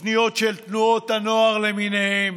תוכניות של תנועות הנוער למיניהן,